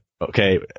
Okay